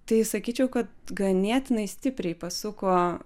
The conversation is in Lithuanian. tai sakyčiau kad ganėtinai stipriai pasuko